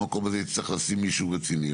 במקום הזה יצטרך לשים מישהו רציני.